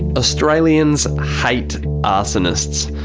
australians hate arsonists.